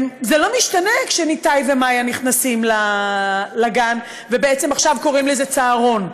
זה לא משתנה כשניתאי ומאיה נכנסים לגן ובעצם עכשיו קוראים לזה צהרון.